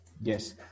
Yes